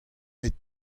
met